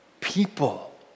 people